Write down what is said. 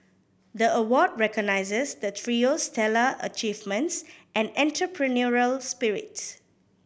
the award recognises the trio's stellar achievements and entrepreneurial spirit